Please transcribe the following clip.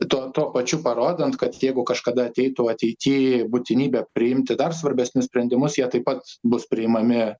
tuo tuo pačiu parodant kad jeigu kažkada ateitų ateity būtinybė priimti dar svarbesnius sprendimus jie taip pat bus priimami